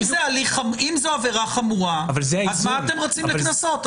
אם זו עבירה חמורה אז למה אתם רצים למסלול של קנסות?